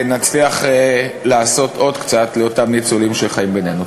נצליח לעשות עוד קצת למען אותם ניצולים שחיים בינינו.